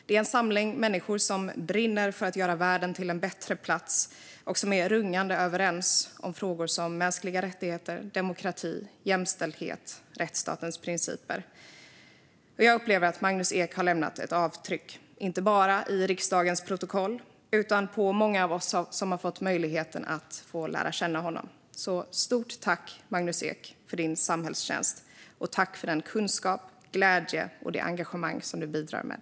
Det är en samling människor som brinner för att göra världen till en bättre plats och som är rungande överens om frågor som mänskliga rättigheter, demokrati, jämställdhet och rättsstatens principer. Jag upplever att Magnus Ek har lämnat ett avtryck, inte bara i riksdagens protokoll, utan hos många av oss som har fått möjligheten att lära känna honom. Stort tack, Magnus Ek, för din samhällstjänst, och tack för att all kunskap, glädje och engagemang som du bidrar med!